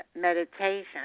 meditation